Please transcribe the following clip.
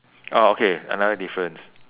oh okay another difference